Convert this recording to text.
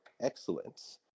excellence